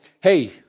hey